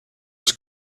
his